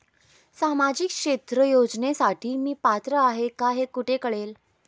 सामाजिक क्षेत्र योजनेसाठी मी पात्र आहे का हे कुठे कळेल?